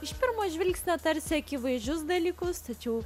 iš pirmo žvilgsnio tarsi akivaizdžius dalykus tačiau